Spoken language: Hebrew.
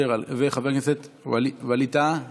חבר הכנסת ווליד טאהא מתנגד,